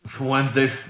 Wednesday